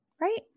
Right